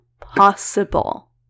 possible